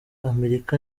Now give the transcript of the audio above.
amerika